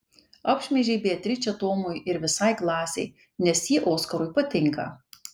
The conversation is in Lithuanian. apšmeižei beatričę tomui ir visai klasei nes ji oskarui patinka